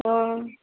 ହଁ